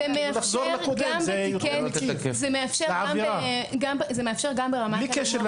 זה מאפשר גם ברמת אלימות לכאורה נמוכה יותר של